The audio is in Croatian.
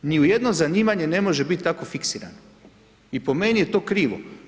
Ni u jedno zanimanje ne može biti tako fiksiran i po meni je to krivo.